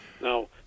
Now